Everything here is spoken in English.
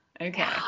Okay